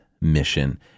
mission